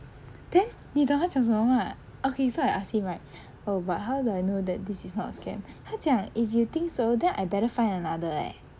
then 你懂他讲什么吗 okay so I ask him right oh but how do I know that this is not a scam 他讲 if you think so then I better find another eh